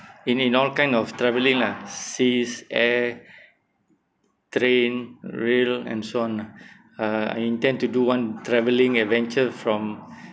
in in all kind of travelling lah seas air train rail and so on lah uh I intend to do one travelling adventure from